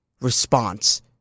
response